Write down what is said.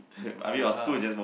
ya